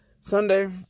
Sunday